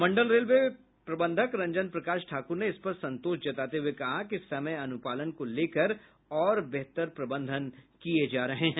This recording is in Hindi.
मंडल रेलव प्रबंधक रंजन प्रकाश ठाकुर ने इस पर संतोष जताते हुए कहा कि समय अनुपालन को लेकर और बेहतर प्रबंधन किये जा रहे हैं